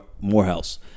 Morehouse